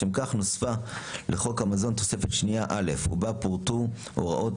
לשם כך נוספה לחוק המזון תוספת שנייה (א) ובה פורטו הוראות